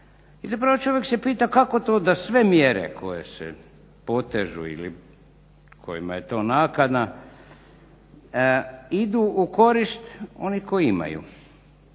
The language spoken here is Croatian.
I zapravo čovjek se pita kako to da sve mjere koje su potežu ili kojima je to nakana idu u korist onih koji imaju,